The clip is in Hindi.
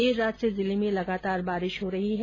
देर रात से जिले में लगातार बारिश का दौर जारी है